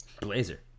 Blazer